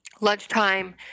Lunchtime